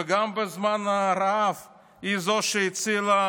וגם בזמן הרעב היא זו שהצילה